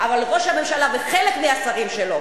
אבל ראש הממשלה וחלק מהשרים שלו